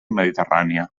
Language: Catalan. mediterrània